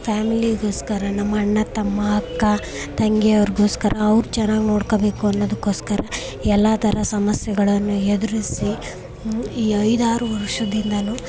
ಫ್ಯಾಮಿಲಿಗೋಸ್ಕರ ನಮ್ಮ ಅಣ್ಣ ತಮ್ಮ ಅಕ್ಕ ತಂಗಿಯವರಿಗೋಸ್ಕರ ಅವ್ರ ಚೆನ್ನಾಗಿ ನೋಡ್ಕೋಬೇಕು ಅನ್ನೋದಕ್ಕೋಸ್ಕರ ಎಲ್ಲ ಥರ ಸಮಸ್ಯೆಗಳನ್ನು ಎದುರಿಸಿ ಈ ಐದಾರು ವರ್ಷದಿಂದಲೂ